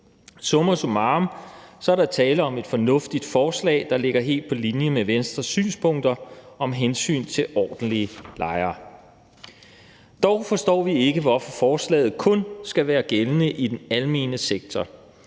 Summa summarum er der tale om et fornuftigt forslag, der ligger helt på linje med Venstres synspunkter om hensyn til ordentlige lejere. Dog forstår vi ikke, hvorfor forslaget kun skal være gældende i den almene sektor.